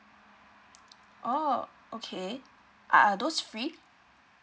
oh okay are are those free